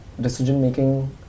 decision-making